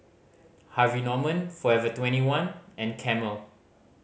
Harvey Norman Forever Twenty one and Camel